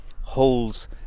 holes